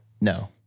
No